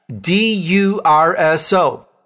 D-U-R-S-O